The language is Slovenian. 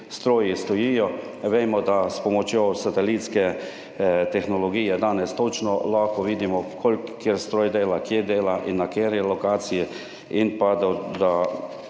stroji stojijo. Vemo, da s pomočjo satelitske tehnologije danes točno lahko vidimo, koliko kateri stroj dela, kje dela in na kateri lokaciji in pa, da